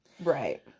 Right